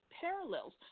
parallels